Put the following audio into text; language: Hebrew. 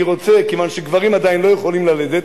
אני רוצה, כיוון שגברים עדיין לא יכולים ללדת,